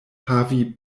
havi